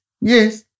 yes